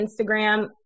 Instagram